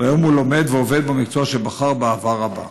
והיום הוא לומד ועובד במקצוע שבחר באהבה רבה.